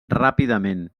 ràpidament